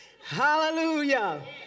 Hallelujah